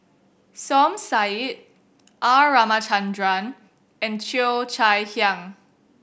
Som Said R Ramachandran and Cheo Chai Hiang